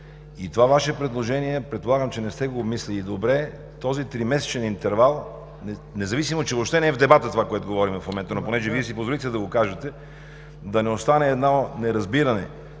че това Ваше предложение не сте го обмислили добре – за този тримесечен интервал, независимо че не е в дебата това, което говорим в момента. Но понеже Вие си позволихте да го кажете, да не остане едно неразбиране.